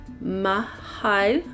Mahal